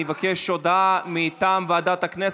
אני מבקש הודעה מטעם ועדת הכנסת.